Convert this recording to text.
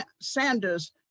Sanders